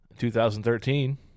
2013